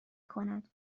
کند